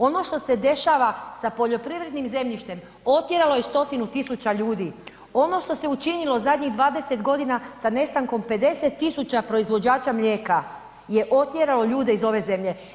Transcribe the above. Ono što se dešava sa poljoprivrednim zemljištem, otjeralo je stotinu tisuća ljudi, ono što se učinilo zadnjih 20 godina sa nestankom 50 tisuća proizvođača mlijeka je otjeralo ljude iz ove zemlje.